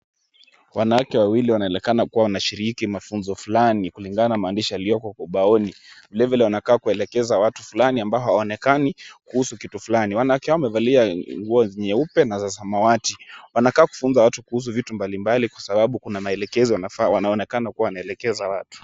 Wanawake wawili wanaonekana kuwa wanashiriki mafunzo fulani, kulingana na maandishi yaliyoko kwa ubaoni. Vilevile wanakaa kuelekeza watu fulani ambao hawaonekani kuhusu kitu fulani. Wanawake wamevalia nguo nyeupe na za samawati. Wanakaa kufunza watu kuhusu vitu mbalimbali kwa sababu kuna maelekezo wanafaa wanaonekana kuwa wanaelekeza watu.